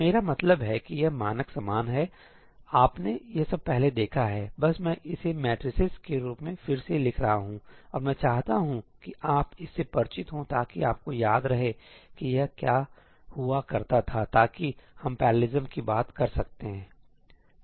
मेरा मतलब है कि यह मानक सामान है आपने यह सब पहले देखा है बस मैं इसे मैट्रिसेस के रूप में फिर से लिख रहा हूं और मैं चाहता हूं कि आप आप जानते हैं इससे परिचित हों ताकि आपको याद रहे कि यह क्या हुआ करता था ताकि हम पैरलिज्म की बात कर सकते हैं